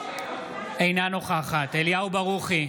אינה נוכחת אליהו ברוכי,